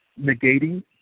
negating